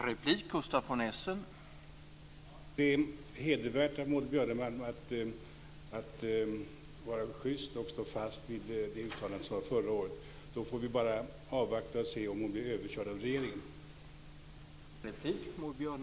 Herr talman! Det är hedervärt av Maud Björnemalm att vara schyst och stå fast vid det uttalandet från förra året. Då får vi bara avvakta och se om hon blir överkörd av regeringen.